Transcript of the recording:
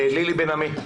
לילי בן עמי.